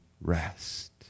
rest